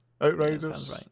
outriders